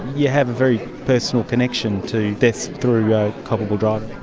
you have a very personal connection to deaths through culpable driving.